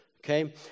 Okay